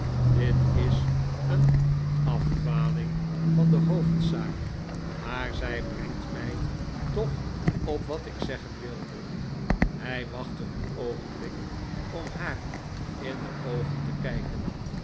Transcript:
dit is een afdwaling van de hoofdzaak maar zij bfengt mij toch op wat ik zeggen wilde hij wachtte een oogenblik om haar in de oogen te kijken